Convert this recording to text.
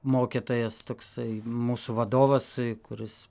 mokytojas toksai mūsų vadovas kuris